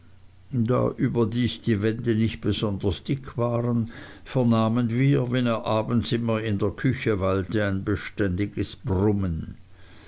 da überdies die wände nicht besonders dick waren vernahmen wir wenn er abends immer in der küche weilte ein beständiges brummen